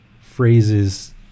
phrases